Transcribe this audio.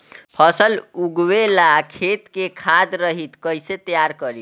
फसल उगवे ला खेत के खाद रहित कैसे तैयार करी?